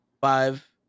five